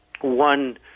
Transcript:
One